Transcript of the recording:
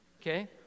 Okay